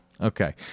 Okay